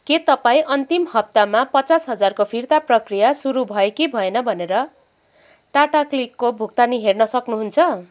के तपाईँ अन्तिम हप्तामा पचास हजारको फिर्ता प्रक्रिया सुरु भयो कि भएन भनेर टाटा क्लिकको भुकतानी हेर्न सक्नुहुन्छ